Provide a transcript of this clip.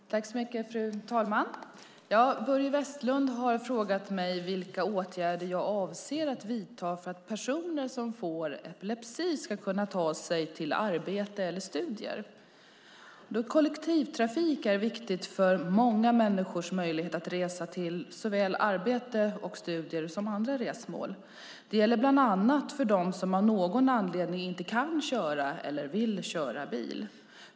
Fru talman! Börje Vestlund har frågat mig vilka åtgärder jag avser att vidta för att personer som får epilepsi ska kunna ta sig till arbete eller studier. Kollektivtrafik är viktigt för många människors möjlighet att resa till såväl arbete och studier som andra resmål. Det gäller bland annat för dem som av någon anledning inte kan eller vill köra bil.